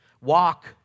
Walk